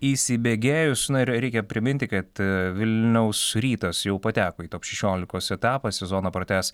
įsibėgėjus na ir reikia priminti kad vilniaus rytas jau pateko į top šešiolikos etapą sezoną pratęs